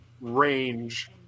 range